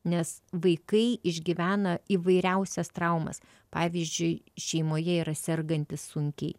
nes vaikai išgyvena įvairiausias traumas pavyzdžiui šeimoje yra serganti sunkiai